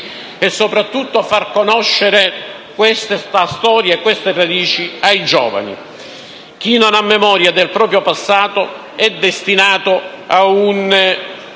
e soprattutto far conoscere questa storia e queste radici ai giovani. Chi non ha memoria del proprio passato è destinato ad un